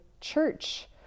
church